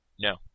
No